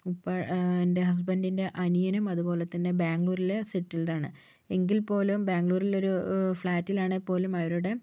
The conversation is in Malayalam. ഉപ്പ എൻ്റെ ഹസ്ബൻ്റിൻ്റെ അനിയനും അതുപോലെ തന്നെ ബാംഗ്ലൂരിലെ സെറ്റിൽഡാണ് എങ്കിൽ പോലും ബാംഗ്ലൂരിൽ ഒരു ഫ്ലാറ്റിലാണെങ്കിൽ പോലും അവരുടെ